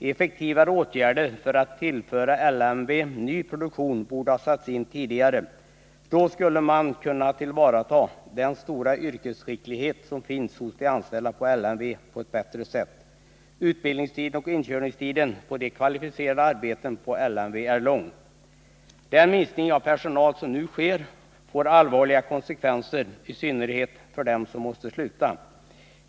Effektivare åtgärder för att tillföra LMV ny produktion borde ha satts in tidigare. Då skulle man på ett bättre sätt ha kunnat tillvarata den stora yrkesskicklighet som finns hos de anställda på LMV. Utbildningstiden och inkörningstiden för de kvalificerade arbetena på LMV är lång. Den minskning av personalen som nu sker får allvarliga konsekvenser, i synnerhet för dem som måste sluta.